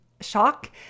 shock